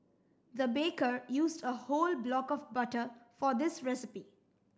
the baker used a whole block of butter for this recipe